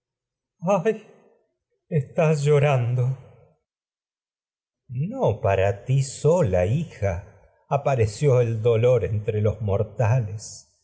estás llorando el dolor no para ti sola hija aparareció exasperas los mortales